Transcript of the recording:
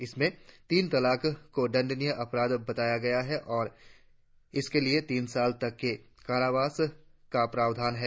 इसमें तीन तलाक को दंडनीय अपराध बनाया गया है और इसके लिए तीन साल तक के कारावास का प्रावधान है